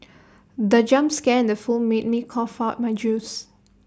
the jump scare in the film made me cough out my juice